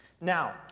Now